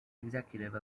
executive